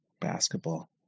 basketball